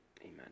amen